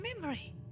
memory